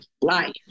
life